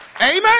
amen